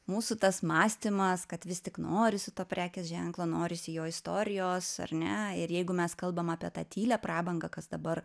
mūsų tas mąstymas kad vis tik norisi to prekės ženklo norisi jo istorijos ar ne ir jeigu mes kalbam apie tą tylią prabangą kas dabar